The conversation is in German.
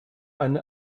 eine